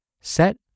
set